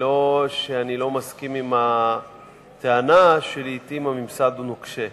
זה לא שאני לא מסכים לטענה שלעתים הממסד נוקשה.